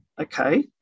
okay